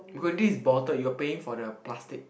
becau~ this is bottle you're paying for the plastic